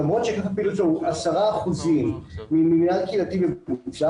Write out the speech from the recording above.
למרות שהיקף הפעילות שלו הוא 10% ממינהל קהילתי ממוצע,